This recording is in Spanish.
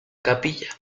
capilla